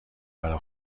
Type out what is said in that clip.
برا